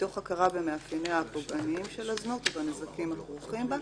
מתוך הכרה במאפייניה הפוגעניים של הזנות ובנזקים הכרוכים בה.